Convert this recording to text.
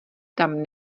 tam